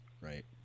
right